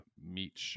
meet